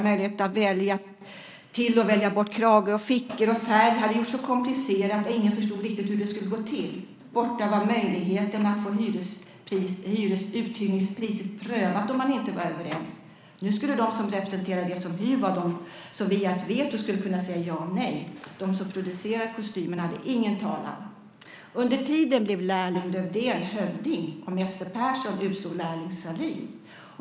Möjligheten att välja till och välja bort krage och fickor och färg hade gjorts så komplicerad att ingen förstod riktigt hur det skulle gå till. Borta var möjligheten att få uthyrningspriset prövat om man inte var överens. Nu skulle de som representerade dem som hyr vara de som via ett veto skulle kunna säga ja eller nej. De som producerar kostymerna hade ingen talan. Under tiden blev lärling Lövdén hövding, och mäster Persson utsåg lärling Sahlin.